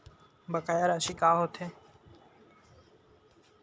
बकाया राशि का होथे?